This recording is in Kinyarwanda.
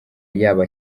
yaba